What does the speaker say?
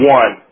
one